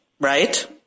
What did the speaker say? right